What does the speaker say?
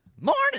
Morning